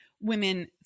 women